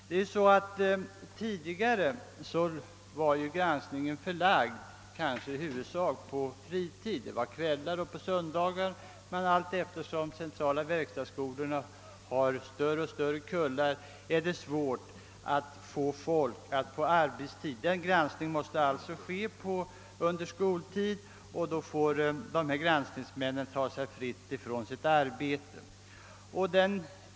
Tidigare var granskningen i huvudsak förlagd till fritid, d. v. s. till kvällar och söndagar, men efter hand som de centrala verkstadsskolornas elevkullar blev allt större fick man svårare och svårare att få folk att åta sig denna granskning på arbetstid. Därför måste granskningen förläggas till skoltid, och granskningsmännen blev då tvungna att ta sig ledigt från sina arbeten.